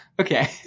Okay